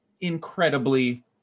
incredibly